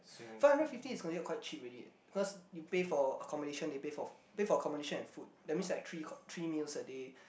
five hundred fifty is considered quite cheap already because you pay for accommodation they pay for pay for accommodation and food that means like three three meals a day